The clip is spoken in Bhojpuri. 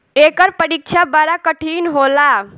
एकर परीक्षा बड़ा कठिन होला